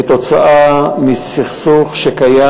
זה כתוצאה מסכסוך שקיים,